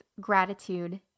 gratitude